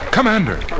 Commander